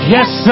Yes